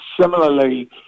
similarly